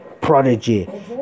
Prodigy